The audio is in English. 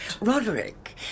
Roderick